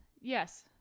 yes